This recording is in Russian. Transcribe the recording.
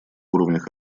уровнях